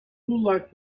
locked